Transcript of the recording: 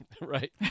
Right